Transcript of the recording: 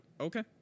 okay